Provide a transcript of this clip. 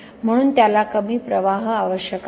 म्हणून त्याला कमी प्रवाह आवश्यक आहे